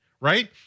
right